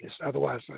Otherwise